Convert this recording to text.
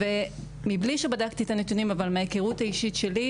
ומבלי שבדקתי את הנתונים אבל מההיכרות האישית שלי,